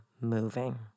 moving